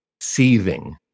seething